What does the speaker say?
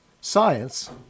Science